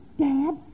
Dad